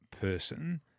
person